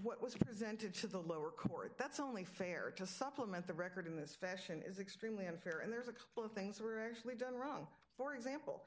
what was presented to the lower court that's only fair to supplement the record in this fashion is extremely unfair and there's a couple of things were actually done wrong for example